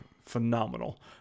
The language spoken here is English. phenomenal